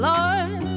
Lord